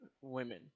women